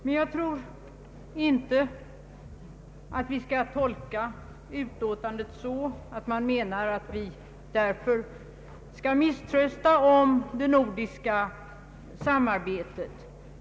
Men jag tror inte att vi skall tolka utlåtandet så att man menar att vi därför skall misströsta om det nordiska samarbetet.